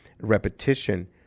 repetition